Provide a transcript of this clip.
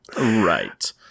right